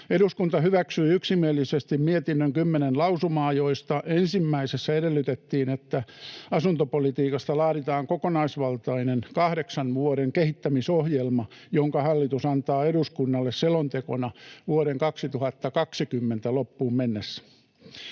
Eduskunta hyväksyi yksimielisesti mietinnön kymmenen lausumaa, joista ensimmäisessä edellytettiin, että asuntopolitiikasta laaditaan kokonaisvaltainen kahdeksan vuoden kehittämisohjelma, jonka hallitus antaa eduskunnalle selontekona vuoden 2020 loppuun mennessä.